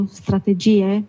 strategie